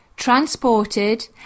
transported